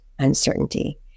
uncertainty